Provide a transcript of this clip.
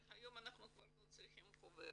אבל היום אנחנו כבר לא צריכים חוברת.